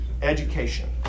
education